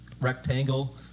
rectangle